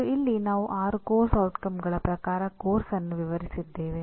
ಮತ್ತು ಇಲ್ಲಿ ನಾವು 6 ಪಠ್ಯಕ್ರಮದ ಪರಿಣಾಮಗಳ ಪ್ರಕಾರ ಪಠ್ಯಕ್ರಮವನ್ನು ವಿವರಿಸಿದ್ದೇವೆ